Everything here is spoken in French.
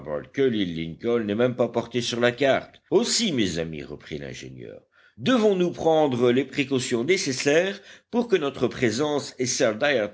que l'île lincoln n'est pas même portée sur la carte aussi mes amis reprit l'ingénieur devons-nous prendre les précautions nécessaires pour que notre présence et